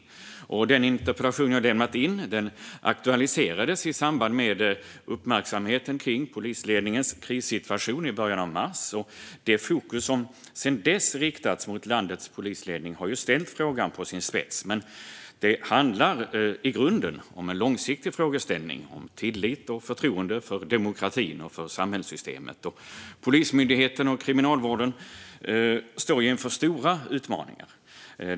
Bakgrunden till den interpellation jag lämnat in är uppmärksamheten kring polisledningens krissituation i början av mars, och det fokus som sedan dess riktats mot landets polisledning, har ställt frågan på sin spets. Men det handlar i grunden om en långsiktig frågeställning om tillit och förtroende för demokratin och samhällssystemet. Polismyndigheten och Kriminalvården står inför stora utmaningar.